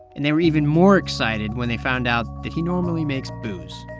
and they were even more excited when they found out that he normally makes booze,